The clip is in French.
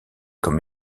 comme